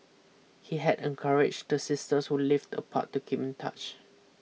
he had encouraged the sisters who lived apart to keep in touch